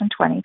2020